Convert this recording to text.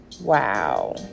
wow